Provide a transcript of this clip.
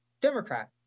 Democrat